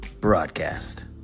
broadcast